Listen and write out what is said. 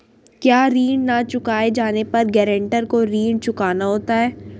क्या ऋण न चुकाए जाने पर गरेंटर को ऋण चुकाना होता है?